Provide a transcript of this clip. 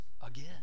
again